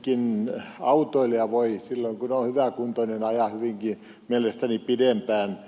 ikääntynytkin autoilija voi silloin kun on hyväkuntoinen ajaa hyvinkin mielestäni pidempään